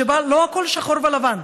שבה לא הכול שחור ולבן,